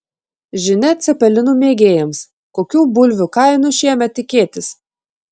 žinia cepelinų mėgėjams kokių bulvių kainų šiemet tikėtis